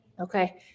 Okay